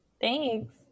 Thanks